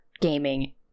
gaming